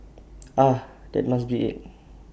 ah that must be IT